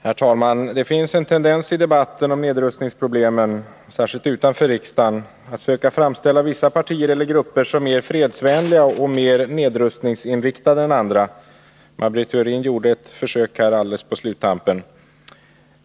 Herr talman! Det finns en tendens i debatten om nedrustningsproblemen — särskilt utanför riksdagen — att söka framställa vissa partier eller grupper som mer fredsvänliga och mer nedrustningsinriktade än andra. Maj Britt Theorin gjorde nyss ett försök i den riktningen.